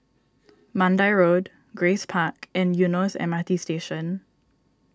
Mandai Road Grace Park and Eunos M R T Station